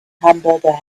hamburger